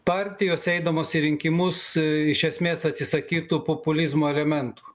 partijos eidamos į rinkimus iš esmės atsisakytų populizmo elementų